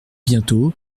bientôt